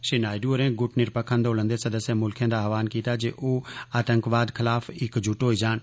श्री नायडु होरें गुट निरपक्ख आंदोलन दे सदस्य मुल्खे दा आहवान कीता जे ओह् आतंकवाद खलाफ इकजुट होई जान